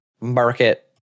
market